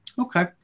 Okay